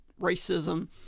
racism